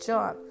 John